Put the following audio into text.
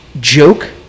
joke